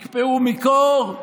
יקפאו מקור?